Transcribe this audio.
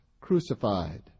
crucified